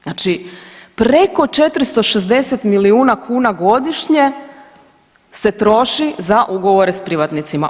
Znači preko 460 milijuna kuna godišnje se troši za ugovore s privatnicima.